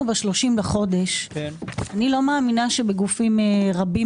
אנחנו ב-30 לחודש ואני לא מאמינה שבגופים רבים